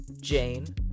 Jane